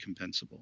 compensable